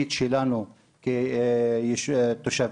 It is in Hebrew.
אני חושבת שהתכנון צריך להיות אותו דבר,